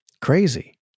Crazy